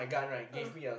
ah